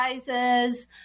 sizes